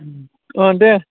अ दे